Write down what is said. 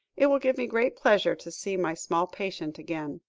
it will give me great pleasure to see my small patient again.